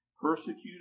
Persecuted